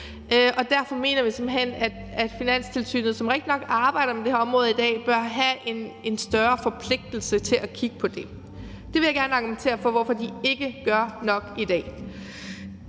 Derfor mener vi simpelt hen, at Finanstilsynet, som rigtignok arbejder med det her område i dag, bør have en større forpligtelse til at kigge på det. Det vil jeg gerne argumentere for hvorfor de ikke gør nok i dag.